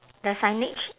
the signage